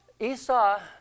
Esau